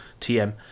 TM